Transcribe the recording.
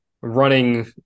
running